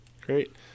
great